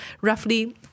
roughly